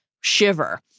shiver